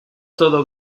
todo